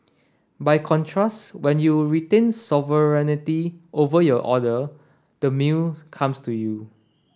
by contrast when you retain sovereignty over your order the meal comes to you